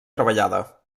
treballada